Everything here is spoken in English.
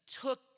took